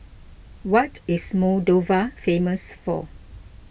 what is Moldova famous for